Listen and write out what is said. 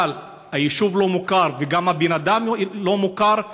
אבל היישוב לא מוכר וגם הבן אדם לא מוכר?